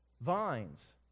vines